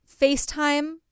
FaceTime